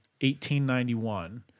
1891